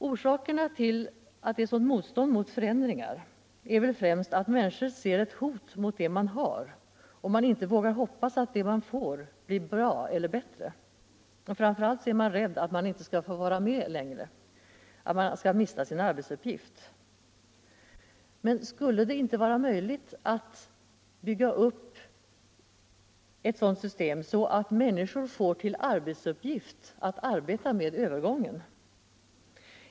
En orsak till motståndet mot förändringar är väl främst att människor ser ett hot mot det man har och inte vågar hoppas att vad man får blir lika bra eller bättre. Och framför allt är man rädd för att man inte skall få vara med längre, att man skall mista sin arbetsuppgift. Men skulle det inte vara möjligt att låta människor få till arbetsuppgift att arbeta med övergången?